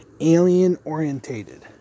alien-orientated